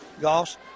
Goss